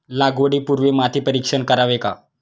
लागवडी पूर्वी माती परीक्षण करावे का?